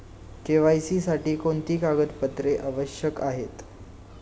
KYC साठी कोणती कागदपत्रे आवश्यक आहेत?